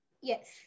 Yes